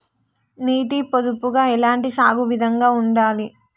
నీటి పొదుపుగా ఎలాంటి సాగు విధంగా ఉండాలి?